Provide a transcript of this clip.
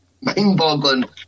mind-boggling